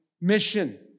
mission